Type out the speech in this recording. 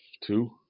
Two